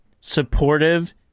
supportive